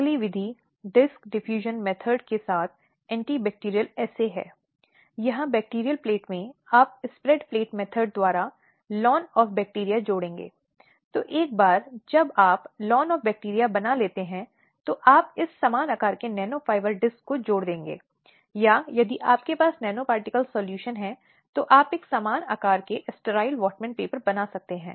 slide समय देखें 0833 जैसा कि पहले हमने उल्लेख किया है कि यौन अपराधों के मामलों में चिकित्सा परीक्षा एक बहुत ही महत्वपूर्ण मुद्दा है और अधिकांश मामलों में बहुत बुरा अनुभव है